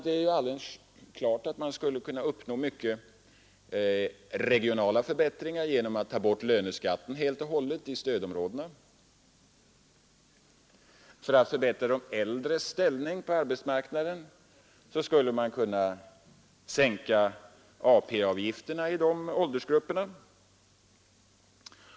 Det är alldeles klart att man skulle kunna uppnå många regionala förbättringar genom att ta bort löneskatten helt och hållet i stödområdet. För att förbättra de äldres ställning på arbetsmarknaden skulle man kunna minska ATP-avgifterna i de åldersgrupperna.